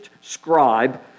scribe